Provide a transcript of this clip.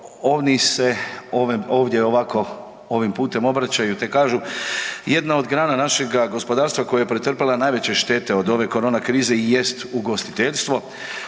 ovdje ovako putem obraćaju te kažu jedna od grana našega gospodarstva koja je pretrpjela najveće štete od ove korona krize i jest ugostiteljstvo,